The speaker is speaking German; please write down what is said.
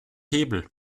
hebel